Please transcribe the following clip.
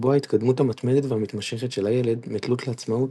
ובו ההתקדמות המתמדת והמתמשכת של הילד מתלות לעצמאות,